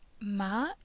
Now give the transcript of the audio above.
ma